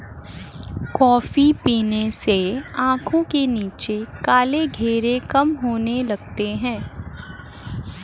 coffee पीने से आंखों के नीचे काले घेरे कम होने लगते हैं